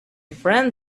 friend